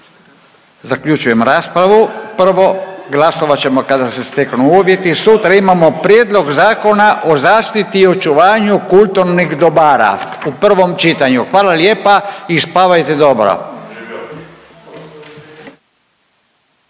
Zaključujem raspravu, prvo glasovat ćemo kada se steknu uvjeti. Sutra imamo Prijedlog zakona o zaštiti i očuvanju kulturnih dobara u prvom čitanju. Hvala lijepa i spavajte dobro.